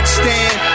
stand